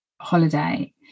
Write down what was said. holiday